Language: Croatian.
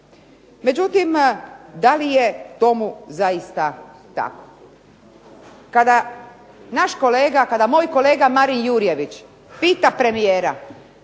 Međutim, da li je tomu zaista tako. Kada naš kolega, kada moj kolega Marin Jurjević pita premijera